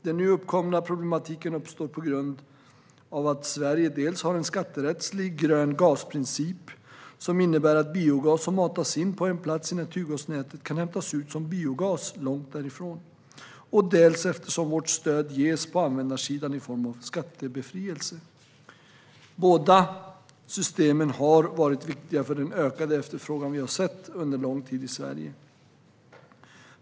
Den nu uppkomna problematiken uppstår dels på grund av att Sverige har en skatterättslig grön-gas-princip, som innebär att biogas som matas in på en plats i naturgasnätet kan hämtas ut som biogas långt därifrån, dels eftersom stödet ges på användarsidan i form av skattebefrielse. Båda systemen har varit viktiga för den ökade efterfrågan vi sett under lång tid i Sverige.